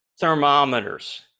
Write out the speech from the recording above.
thermometers